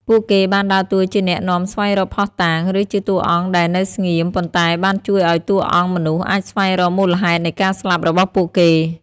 ពួកគេបានដើរតួជាអ្នកនាំស្វែងរកភស្តុតាង ឬជាតួអង្គដែលនៅស្ងៀម ប៉ុន្តែបានជួយឲ្យតួអង្គមនុស្សអាចស្វែងរកមូលហេតុនៃការស្លាប់របស់ពួកគេ។